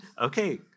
Okay